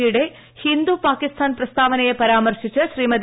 പിയുടെ ഹിന്ദു പാകിസ്ഥാൻ പ്രസ്താവനയെ പരാമർശിച്ച് ശ്രീമതി